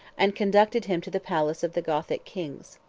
and conducted him to the palace of the gothic kings.